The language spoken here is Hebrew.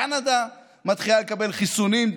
קנדה מתחילה לקבל חיסונים,